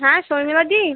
হ্যাঁ শর্মিলাদি